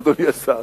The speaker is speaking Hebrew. אדוני השר?